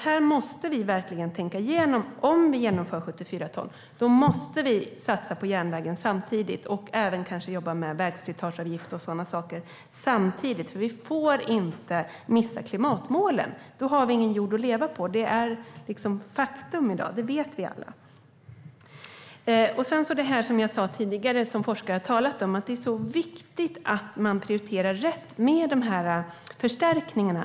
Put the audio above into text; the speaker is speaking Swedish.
Här måste vi verkligen tänka igenom detta. Om vi genomför 74 ton måste vi samtidigt satsa på järnvägen och även kanske jobba med vägslitageavgift och sådana saker. Vi får inte missa klimatmålen. Då har vi ingen jord att leva på. Det är ett faktum i dag; det vet vi alla. Det handlar också om det som jag sa tidigare och som forskare talar om - att det är viktigt att man prioriterar rätt med förstärkningarna.